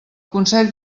consell